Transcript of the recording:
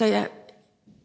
Jeg